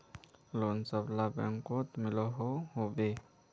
Loan सबला बैंकोत मिलोहो होबे?